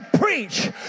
preach